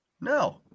No